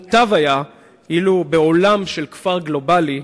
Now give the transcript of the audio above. מוטב היה אילו, בעולם של כפר גלובלי,